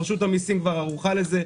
רשות המיסים כבר ערוכה לזה,